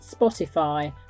Spotify